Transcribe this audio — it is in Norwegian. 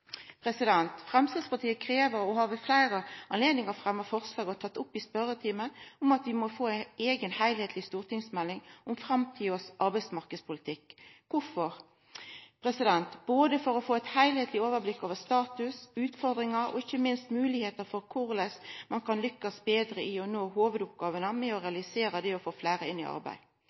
betrast. Framstegspartiet krev, og har ved fleire høve fremma forslag og tatt det opp i spørjetimen, at vi må få ei eiga heilskapleg stortingsmelding om framtidas arbeidsmarknadspolitikk. Kvifor? Både for å få eit heilskapleg overblikk over status, utfordringar og ikkje minst moglegheiter for korleis ein betre kan lukkast i å nå hovudoppgåvene med å realisera det å få fleire inn i arbeid.